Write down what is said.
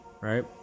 right